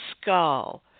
skull